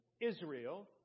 Israel